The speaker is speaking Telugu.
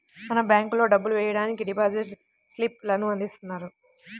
మనం బ్యేంకుల్లో డబ్బులు వెయ్యడానికి డిపాజిట్ స్లిప్ లను అందిస్తున్నారు